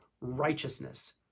righteousness